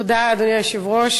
אדוני היושב-ראש,